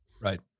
Right